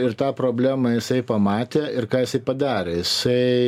ir tą problemą jisai pamatė ir ką jisai padarė jisai